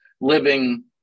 Living